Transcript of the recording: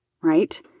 right